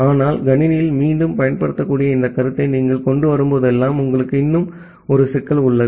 ஆனால் கணினியில் மீண்டும் பயன்படுத்தக்கூடிய இந்த கருத்தை நீங்கள் கொண்டு வரும்போதெல்லாம் உங்களுக்கு இன்னும் ஒரு சிக்கல் உள்ளது